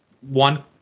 one